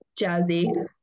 jazzy